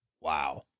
Wow